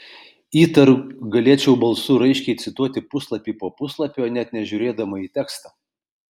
įtariu galėčiau balsu raiškiai cituoti puslapį po puslapio net nežiūrėdama į tekstą